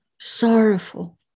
sorrowful